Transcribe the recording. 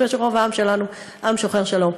אני חושבת שרוב העם שלנו הוא עם שוחר שלום.